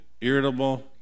irritable